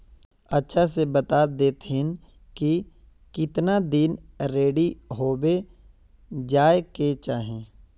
अच्छा से बता देतहिन की कीतना दिन रेडी होबे जाय के चही?